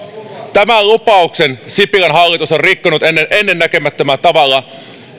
tämän lupauksen sipilän hallitus on rikkonut leikkaamalla ennen näkemättömällä tavalla